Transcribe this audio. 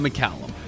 McCallum